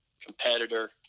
Competitor